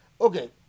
Okay